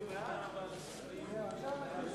(שיבוט אדם ושינוי גנטי בתאי רבייה) (תיקון מס'